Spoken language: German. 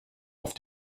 auf